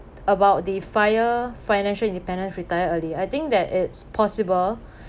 about the FIRE financial independence retire early I think that it's possible